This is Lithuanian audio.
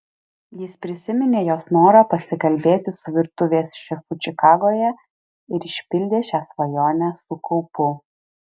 jis prisiminė jos norą pasikalbėti su virtuvės šefu čikagoje ir išpildė šią svajonę su kaupu